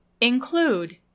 Include